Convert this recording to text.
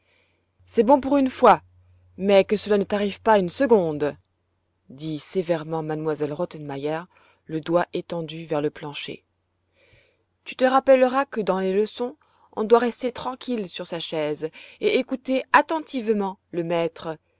c'est bon pour une fois mais que cela ne t'arrive pas une seconde dit sévèrement m elle rottenmeir le doigt étendu vers plancher tu te rappelleras que dans les leçons on doit rester tranquille sur sa chaise et écouter attentivement le maître